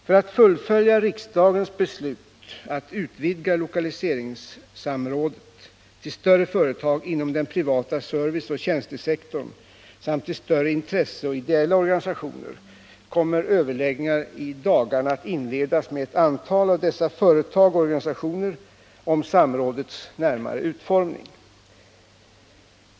För att fullfölja riksdagens beslut att utvidga lokaliseringssamrådet till större företag inom den privata serviceoch tjänstesektorn samt till större intresseoch ideella organisationer kommer överläggningar i dagarna att inledas med ett antal av dessa företag och organisationer om samrådets närmare utformning.